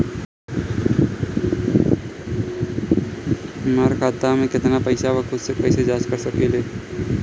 हमार खाता में केतना पइसा बा त खुद से कइसे जाँच कर सकी ले?